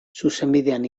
zuzenbidean